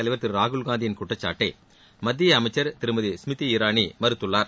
தலைவர் திரு ராகுல்காந்தியின் குற்றச்சாட்டை மத்திய அமைச்சர் திருமதி ஸ்மிருதி இரானி மறுத்துள்ளார்